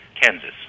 Kansas